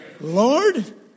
Lord